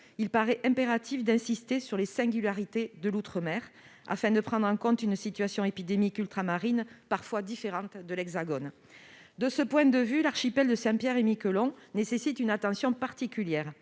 il est impératif d'insister sur les singularités de l'outre-mer afin de prendre en compte une situation épidémique ultramarine parfois différente de celle de l'Hexagone. De ce point de vue, l'archipel de Saint-Pierre-et-Miquelon nécessite une attention particulière,